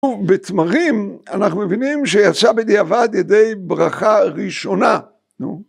ובתמרים אנחנו מבינים שיצא בדיעבד ידי ברכה ראשונה.